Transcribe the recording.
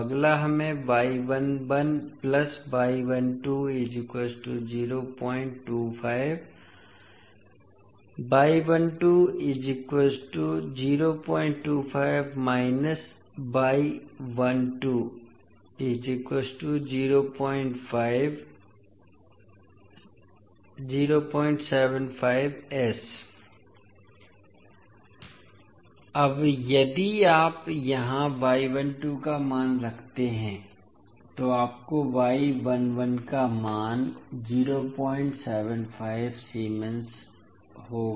अब अगला हमें अब यदि आप यहाँ का मान रखते हैं तो आपको का मान 075 सीमेंस होगा